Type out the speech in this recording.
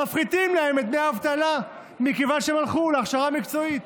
מפחיתים להם את דמי האבטלה מכיוון שהם הלכו להכשרה מקצועית.